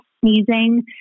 sneezing